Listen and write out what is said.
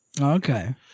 okay